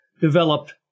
developed